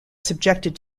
subjected